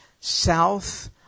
south